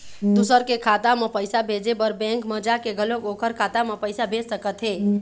दूसर के खाता म पइसा भेजे बर बेंक म जाके घलोक ओखर खाता म पइसा भेज सकत हे